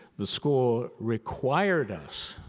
the school required us,